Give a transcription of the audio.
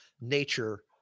nature